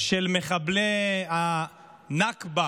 של מחבלי הנכבה